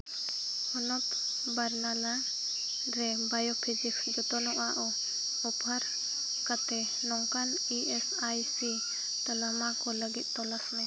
ᱦᱚᱱᱚᱛ ᱵᱟᱨᱱᱟᱞᱟ ᱨᱮ ᱵᱟᱭᱳᱯᱷᱤᱡᱤᱠᱥ ᱡᱚᱛᱚᱱᱚᱜᱼᱟ ᱚᱯᱷᱟᱨ ᱠᱟᱛᱮᱫ ᱱᱚᱝᱠᱟᱱ ᱤ ᱮᱥ ᱟᱭ ᱥᱤ ᱛᱟᱞᱟᱢᱟ ᱠᱚ ᱞᱟᱹᱜᱤᱫ ᱛᱚᱞᱟᱥ ᱢᱮ